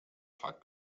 fakt